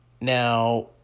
Now